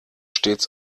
stets